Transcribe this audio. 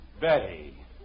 Betty